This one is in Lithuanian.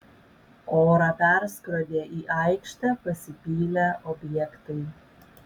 orą perskrodė į aikštę pasipylę objektai